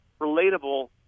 relatable